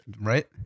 Right